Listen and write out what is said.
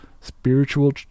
spiritual